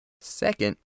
Second